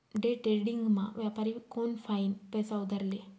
डेट्रेडिंगमा व्यापारी कोनफाईन पैसा उधार ले